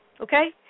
okay